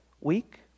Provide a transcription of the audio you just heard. week